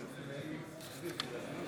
הלוי,